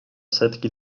setki